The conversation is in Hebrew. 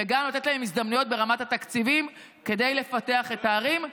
וגם לתת להן הזדמנויות ברמת התקציבים כדי לפתח את הערים.